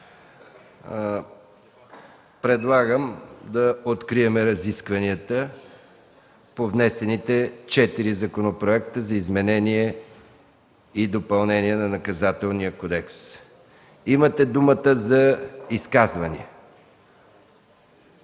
Предлагам да открием разискванията по внесените четири законопроекта за изменение и допълнение на Наказателния кодекс. Имате думата за изказвания.